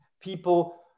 people